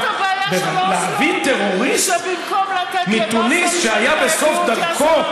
להביא טרוריסט מתוניס שהיה בסוף דרכו,